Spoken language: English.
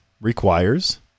requires